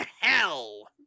hell